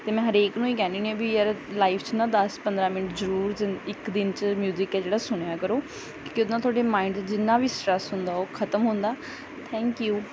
ਅਤੇ ਮੈਂ ਹਰੇਕ ਨੂੰ ਹੀ ਕਹਿੰਦੀ ਹੁੰਦੀ ਕਿ ਵੀ ਯਾਰ ਲਾਈਫ 'ਚ ਨਾ ਦਸ ਪੰਦਰਾ ਮਿੰਟ ਜ਼ਰੂਰ ਇੱਕ ਦਿਨ 'ਚ ਮਿਊਜਿਕ ਹੈ ਜਿਹੜਾ ਸੁਣਿਆ ਕਰੋ ਕਿਉਂਕਿ ਉਹਦੇ ਨਾਲ ਤੁਹਾਡੇ ਮਾਇੰਡ 'ਚ ਜਿੰਨਾ ਵੀ ਸਟਰੈਸ ਹੁੰਦਾ ਉਹ ਖਤਮ ਹੁੰਦਾ ਥੈਂਕ ਯੂ